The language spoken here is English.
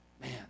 Man